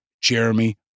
Jeremy